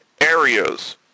areas